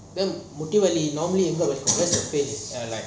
முட்டி வள்ளி:mutti valli normally where's the pain